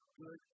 good